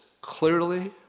clearly